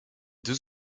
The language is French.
deux